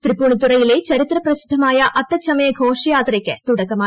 തൃപ്പുണിത്തുറയിലെ ചരിത്രപ്രസിദ്ധമായ അത്തിച്ചുമയ ഘോഷയാത്രയ്ക്ക് തുടക്കമായി